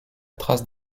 trace